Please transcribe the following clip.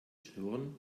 schnurren